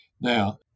Now